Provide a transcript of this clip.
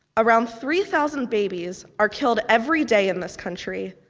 around three thousand babies are killed every day in this country,